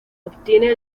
obtiene